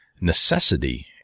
necessity